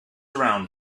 around